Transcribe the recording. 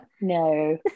No